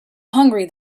hungry